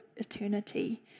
eternity